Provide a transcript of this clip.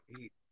Eight